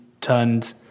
turned